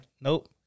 Nope